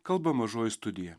kalba mažoji studija